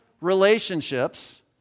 relationships